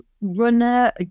runner